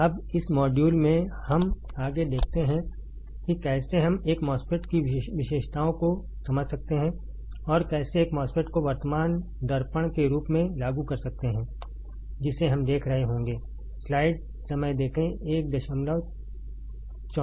अब इस मॉड्यूल में हम आगे देखते हैं कि कैसे हम एक MOSFET की विशेषताओं को समझ सकते हैं और कैसे एक MOSFET को वर्तमान दर्पण current mirrorscenario के रूप में लागू कर सकते हैं जिसे हम देख रहे होंगे